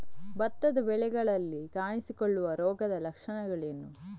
ಭತ್ತದ ಬೆಳೆಗಳಲ್ಲಿ ಕಾಣಿಸಿಕೊಳ್ಳುವ ರೋಗದ ಲಕ್ಷಣಗಳೇನು?